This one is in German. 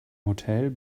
hotel